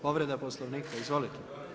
Povreda Poslovnika, izvolite.